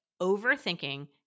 overthinking